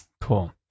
cool